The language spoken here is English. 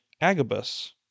Agabus